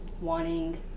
wanting